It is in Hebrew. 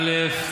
א.